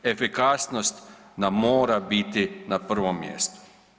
Efikasnost nam mora biti na prvom mjestu.